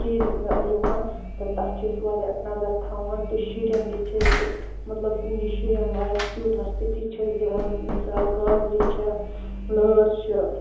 کیمۍ یوان تہٕ تَتھ چھِ أسۍ واریاہ نظر تھاوان تہٕ شُرٮ۪ن تہِ چھِ أسۍ یِم مطلب یہِ شُرٮ۪ن لایک ٹیٚوٹرَس تہٕ تہِ چھِ أسۍ دِوان مثال گازرِ چھےٚ لٲر چھُ